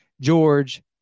George